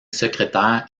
secrétaire